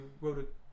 wrote